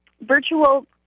virtual